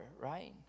right